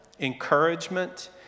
encouragement